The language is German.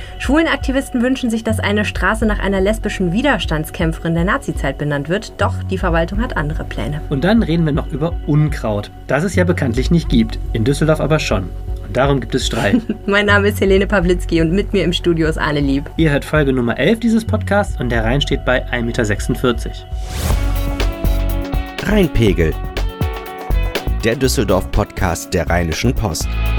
Schwulenaktivisten wünschen sich, dass eine Straße nach einer lesbischen Widerstandskämpferin der Nazizeit benannt wird. Doch die Verwaltung hat andere Pläne. Und dann reden wir noch über Unkraut, das es ja bekanntlich nicht gibt, in Düsseldorf aber schon. Und darum gibt es Streit. Mein Name ist Helene Pawlitzki und mit mir im Studio ist Arne Lieb. Ihr hört Folge Nummer 11 dieses Podcasts und der Rhein steht bei 1,46 m. Rheinpegel, der Düsseldorf-Podcast der Rheinischen Post.